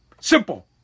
Simple